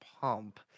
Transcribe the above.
Pump